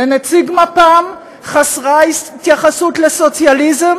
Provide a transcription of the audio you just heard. לנציג מפ"ם חסרה התייחסות לסוציאליזם,